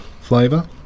flavour